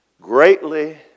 greatly